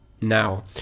now